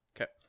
Okay